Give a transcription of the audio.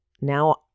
Now